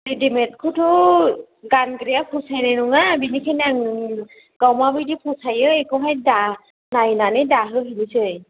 रेदिमेटखौथ' गानग्राया फसायनाय नङा बेनिखायनो आं गाव माबायदि फसायो एखौहाय दा नायनानै दाहो हैनोसै